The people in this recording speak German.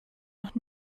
noch